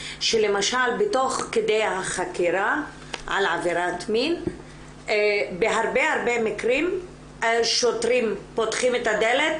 שלמשל תוך כדי החקירה על עבירת מין בהרבה מקרים השוטרים פותחים את הדלת,